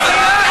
פעם ראשונה.